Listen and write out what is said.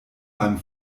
beim